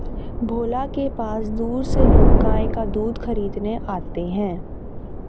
भोला के पास दूर से लोग गाय का दूध खरीदने आते हैं